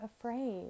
afraid